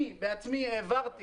אני בעצמי העברתי